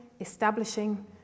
establishing